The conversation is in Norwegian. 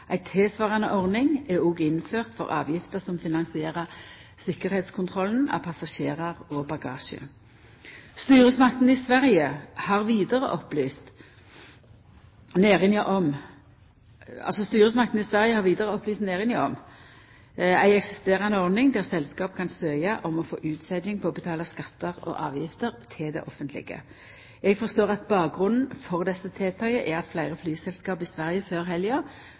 Ei tilsvarande ordning er òg innførd for avgifta som finansierer tryggleikskontrollen av passasjerar og bagasje. Styresmaktene i Sverige har vidare opplyst næringa om ei eksisterande ordning der selskap kan søkja om å få utsetjing på å betala skattar og avgifter til det offentlege. Eg forstår at bakgrunnen for desse tiltaka er at fleire flyselskap i Sverige før